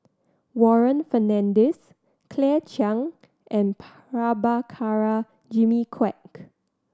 Warren Fernandez Claire Chiang and Prabhakara Jimmy Quek